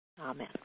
Amen